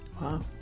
Wow